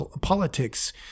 politics